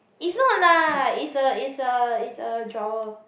is not lah is a is a is a drawer